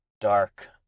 dark